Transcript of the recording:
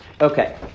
Okay